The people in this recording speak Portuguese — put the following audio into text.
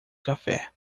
café